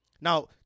Now